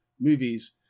movies